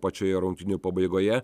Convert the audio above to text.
pačioje rungtynių pabaigoje